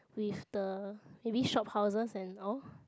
with the maybe shophouses and all